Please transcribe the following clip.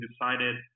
decided